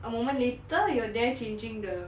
a moment later you're there changing the